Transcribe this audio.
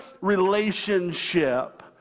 relationship